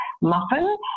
Muffin